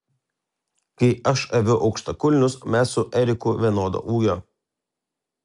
kai aš aviu aukštakulnius mes su eriku vienodo ūgio